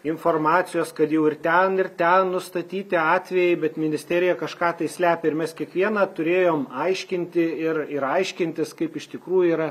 informacijos kad jau ir ten ir ten nustatyti atvejai bet ministerija kažką tai slepia ir mes kiekvieną turėjom aiškinti ir ir aiškintis kaip iš tikrųjų yra